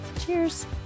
Cheers